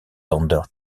zonder